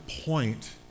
point